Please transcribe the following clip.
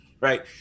right